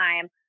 time